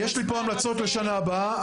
יש לי פה המלצות לשנה הבאה.